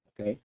okay